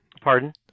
Pardon